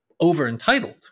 over-entitled